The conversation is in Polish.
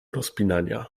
rozpinania